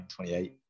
28